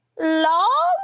long